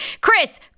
Chris